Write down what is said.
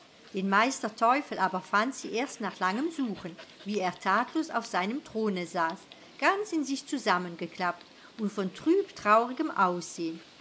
den meister teufel aber fand sie erst nach langem suchen wie er tatlos auf seinem throne saß ganz in sich zusammengeklappt und von trübtraurigem aussehen